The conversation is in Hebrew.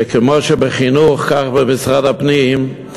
וכמו שראינו בחינוך, כך במשרד הפנים,